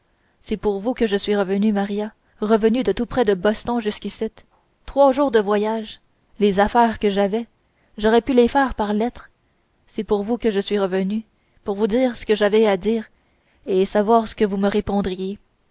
c'est pour vous que je suis revenu maria revenu de tout près de boston jusqu'icitte trois jours de voyage les affaires que j'avais j'aurais pu les faire par lettre c'est pour vous que je suis revenu pour vous dire ce que j'avais à dire et savoir ce que vous me répondriez